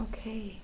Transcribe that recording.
Okay